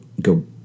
go